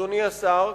אדוני השר,